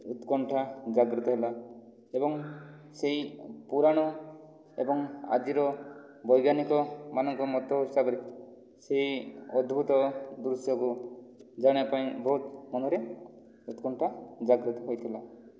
ଉତ୍କଣ୍ଠା ଜାଗ୍ରତ ହେଲା ଏବଂ ସେହି ପୁରାଣ ଏବଂ ଆଜିର ବୈଜ୍ଞାନିକମାନଙ୍କ ମତ ହିସାବରେ ସେହି ଅଦ୍ଭୁତ ଦୃଶ୍ୟକୁ ଜାଣିବା ପାଇଁ ବହୁତ ମନରେ ଉତ୍କଣ୍ଠା ଜାଗ୍ରତ ହୋଇଥିଲା